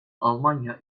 almanya